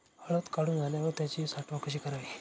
हळद काढून झाल्यावर त्याची साठवण कशी करावी?